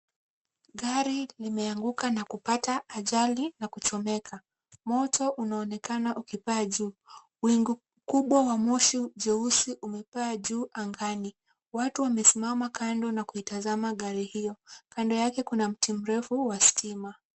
Gari limeanguka nakupata ajali na kuchomeka. Moto unaonekana ukipaa juu. Wingu kubwa wa moshi jeusi umepaa juu angani. Watu wamesimama kando na kuitazama gari hiyo. Kando yake kuna mti mrefu wa stima.